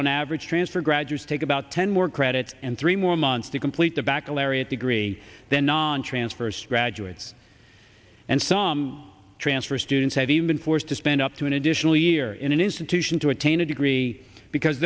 on average transfer graduates take about ten work credit and three more months to complete the back lariat agree the non transfers graduates and some transfer students have even been forced to spend up to an additional year in an institution to attain a degree because